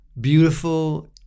beautiful